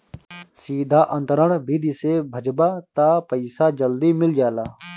सीधा अंतरण विधि से भजबअ तअ पईसा जल्दी मिल जाला